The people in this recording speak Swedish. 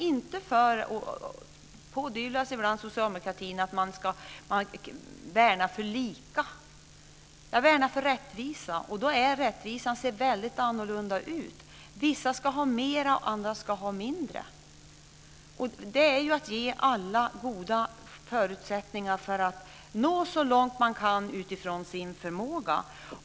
Det pådyvlas ibland socialdemokratin att man värnar om att det ska vara lika. Jag värnar om rättvisan, och när det gäller rättvisan ser det väldigt olika ut. Vissa ska ha mer, och andra ska ha mindre. Det handlar ju om att ge alla goda förutsättningar för att de ska nå så långt de kan utifrån sin förmåga.